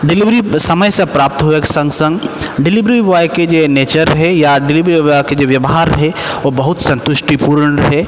delivery समय से प्राप्त हुअएके सङ्ग सङ्ग डिलीवरी बॉयके जे नेचर रहय या डिलीवरी बॉयके जे व्यवहार रहय ओ बहुत सन्तुष्टि पूर्ण रहय